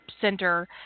center